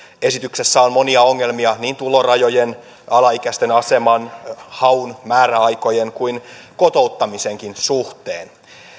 esityksessä on monia ongelmia niin tulorajojen alaikäisten aseman haun määräaikojen kuin kotouttamisenkin suhteen